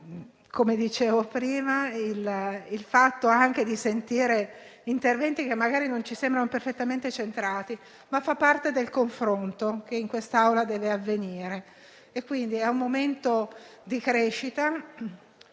come dicevo prima - anche ascoltare interventi che non ci sembrano perfettamente centrati fa parte del confronto che in questa Aula deve avvenire ed è un momento di crescita.